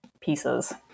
pieces